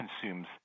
consumes